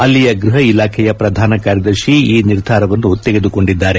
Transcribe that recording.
ಅಲ್ಲಿಯ ಗೃಹ ಇಲಾಖೆಯ ಪ್ರಧಾನ ಕಾರ್ಯದರ್ಶಿ ಈ ನಿರ್ಧಾರವನ್ನು ತೆಗೆದುಕೊಂಡಿದ್ದಾರೆ